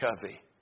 covey